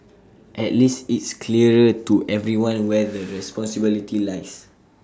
at least it's clearer to everyone where the responsibility lies